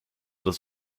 des